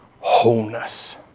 wholeness